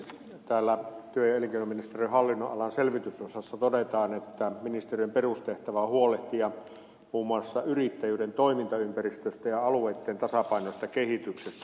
täällä työ ja elinkeinoministeriön hallinnonalan selvitysosassa todetaan että ministeriön perustehtävä on huolehtia muun muassa yrittäjyyden toimintaympäristöstä ja alueitten tasapainoisesta kehityksestä